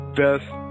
best